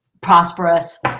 prosperous